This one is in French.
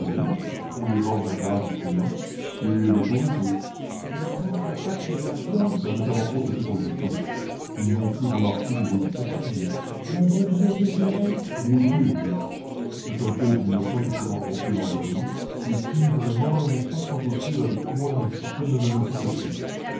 pour les rendre hagards et fuyants et le tour est joué je ne conçois pas que les gardiens la métamorphose a été progressive ils n'ont pu en remarquer l'évolution quotidienne mais baudru désiré baudru existe c'est un pauvre innocent que j'ai rencontré l'an dernier et qui vraiment n'est pas sans offrir avec moi une certaine analogie de traits